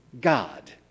God